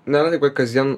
ne taip kad kasdien